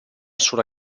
sola